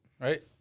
right